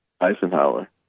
Eisenhower